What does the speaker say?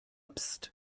psst